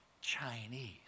Chinese